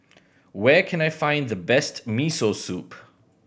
where can I find the best Miso Soup